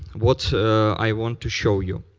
what i want to show you.